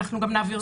נעביר אותו.